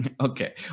Okay